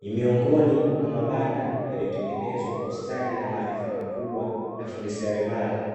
Ni miongoni mwa mabanda yaliyotengenezwa kwa ustadi na maarifa makubwa na fundi seremala,